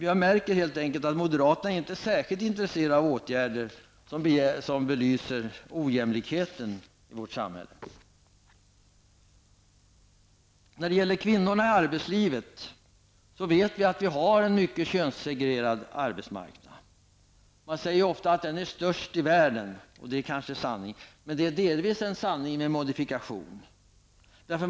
Jag märker helt enkelt att moderaterna inte är särskilt intresserade av åtgärder som belyser ojämlikheten i vårt samhälle. Vi vet att vi har en mycket könssegregerad arbetsmarknad. Man säger ofta att den är mest markant i världen. Det kanske är en sanning, men det är delvis en sanning med modifikation.